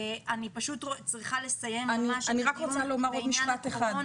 אני צריכה לסיים --- אומר משפט אחד